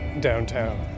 downtown